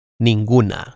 Ninguna